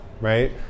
right